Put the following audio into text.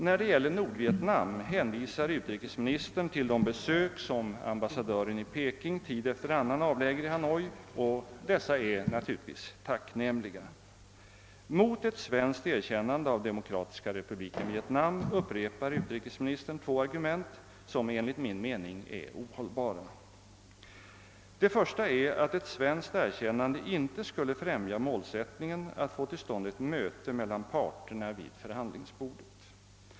När det gäller Nordvietnam hänvisar utrikesministern till de besök som amhbassadören i Peking tid efter annan avlägger i Hanoi, och dessa är naturligtvis tacknämliga. Mot ett svenskt erkännande av Demokratiska republiken Vietnam upprepar utrikesministern två argument, som enligt min mening är ohållbara. Det första är att ett svenskt erkännande inte skulle främja målsättningen att få till stånd ett möte mellan parterna vid förhandlingsbordet.